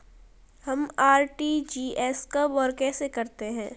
हम आर.टी.जी.एस कब और कैसे करते हैं?